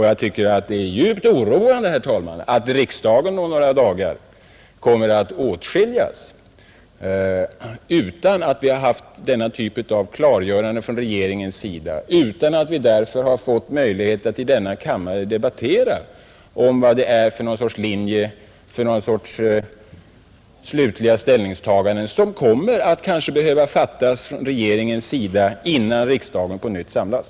Jag tycker det är djupt oroande, herr talman, a't riksdagen om några dagar kommer att åtskiljas utan att ha fått denna typ av klargörande från riksdagens sida, utan att vi har fått möjlighet att i denna kammare debattera om vad det är för sorts slutliga ställningstaganden som regeringen kommer att behöva ta, kanske innan riksdagen på nytt samlas.